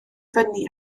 fyny